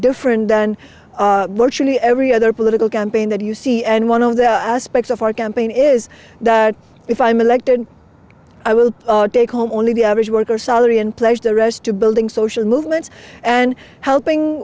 different than the every other political campaign that you see and one of the aspects of our campaign is that if i'm elected i will take home only the average worker's salary and place the rest to building social movements and helping